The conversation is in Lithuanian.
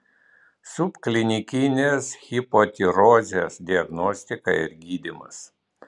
subklinikinės hipotirozės diagnostika ir gydymas